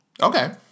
Okay